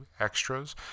extras